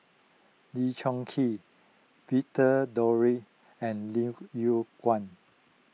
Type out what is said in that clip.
Lee Choon Kee Victor and Lim Yew Kuan